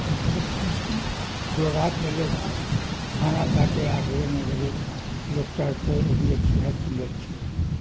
ہر چیز کی جو رات میں لوگ کھانا کھا کے آٹھ بجے نو بجے لوگ چڑھتے ہیں وہ بھی ایک صحت کے لیے اچھی ہے